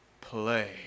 play